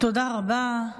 תודה רבה.